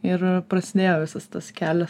ir prasidėjo visas tas kelias